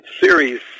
series